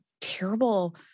terrible